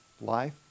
life